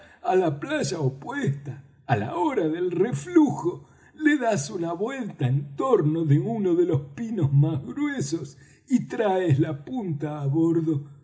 á la playa opuesta á la hora del reflujo le das una vuelta en torno de uno de los pinos más gruesos y traes la punta á bordo